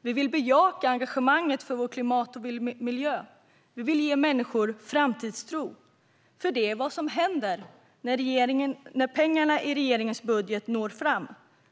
Vi vill bejaka engagemanget för klimat och miljö. Vi vill ge människor framtidstro, för det är vad som händer när pengarna i regeringens budget når fram.